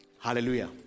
Hallelujah